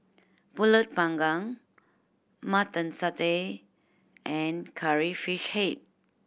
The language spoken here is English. Pulut Panggang Mutton Satay and Curry Fish Head